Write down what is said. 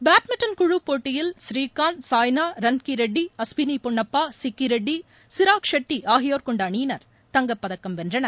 badminton குழு போட்டியில் ஸ்ரீகாந்த் சாய்னா ரன்கிரெட்டி அஸ்வினி பொன்னப்பா சிக்கி ரெட்டி சிராக் ஷெட்டி ஆகியோர் கொண்ட அணியினர் தங்கப் பதக்கம் வென்றனர்